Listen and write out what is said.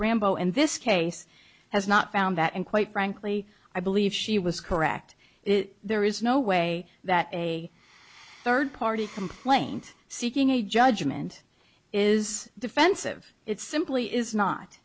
rambo in this case has not found that and quite frankly i believe she was correct it there is no way that a third party complaint seeking a judgment is defensive it simply is not